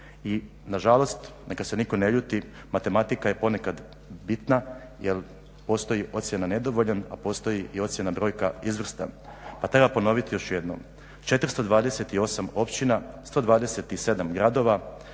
I nažalost neka se nitko ne ljuti, matematika je ponekad bitna jer postoji ocjena nedovoljan a postoji i ocjena brojka izvrstan pa treba ponoviti još jednom, 428 općina, 1427 gradova,